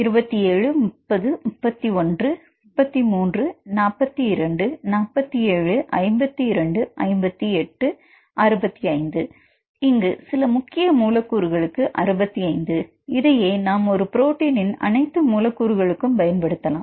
27 30 31 33 42 47 52 58 65 இங்கு சில முக்கிய மூலக்கூறுகளுக்கு 65 இதையே நாம் ஒரு புரோட்டின் அனைத்து மூலக்கூறுகளுக்கும் பயன்படுத்தலாம்